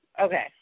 Okay